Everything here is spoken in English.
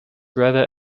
rather